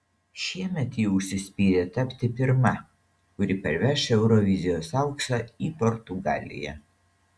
šiemet ji užsispyrė tapti pirma kuri parveš eurovizijos auksą į portugaliją